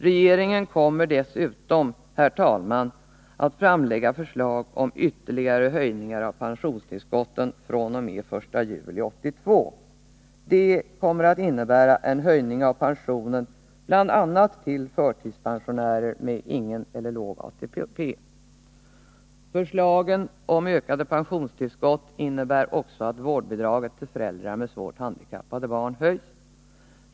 Regeringen kommer dessutom, herr talman, att framlägga förslag om ytterligare höjningar av pensionstillskotten fr.o.m. den 1 juli 1982. Det kommer att innebära en höjning av pensionen bl.a. till förtidspensionärer med ingen eller låg ATP. Förslagen om ökade pensionstillskott innebär också att vårdbidraget till föräldrar med svårt handikappade barn höjs.